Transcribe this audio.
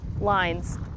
lines